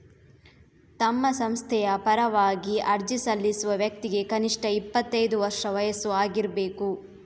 ತಮ್ಮ ಸಂಸ್ಥೆಯ ಪರವಾಗಿ ಅರ್ಜಿ ಸಲ್ಲಿಸುವ ವ್ಯಕ್ತಿಗೆ ಕನಿಷ್ಠ ಇಪ್ಪತ್ತೈದು ವರ್ಷ ವಯಸ್ಸು ಆಗಿರ್ಬೇಕು